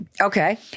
Okay